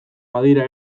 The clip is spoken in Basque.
badira